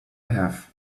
have